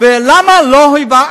ולמה לא העברת,